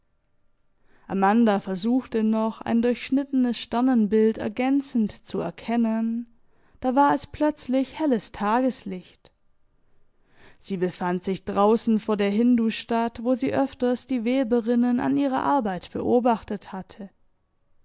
amanda versuchte noch ein durchschnittenes sternenbild ergänzend zu erkennen da war es plötzlich helles tageslicht sie befand sich draußen vor der hindustadt wo sie öfters die weberinnen an ihrer arbeit beobachtet hatte